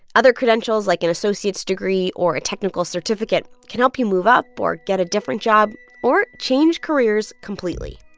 other credentials like an associate's degree or a technical certificate can help you move up or get a different job or change careers completely.